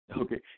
Okay